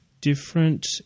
different